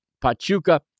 Pachuca